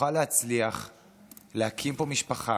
נוכל להצליח להקים פה משפחה,